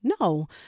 No